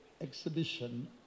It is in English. exhibition